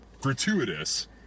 gratuitous